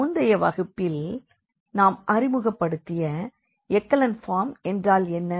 முந்தைய வகுப்பில் நாம் அறிமுகப்படுத்திய எக்கலன் ஃபார்ம் என்றால் என்ன